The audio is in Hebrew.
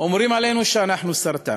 אומרים עלינו שאנחנו סרטן,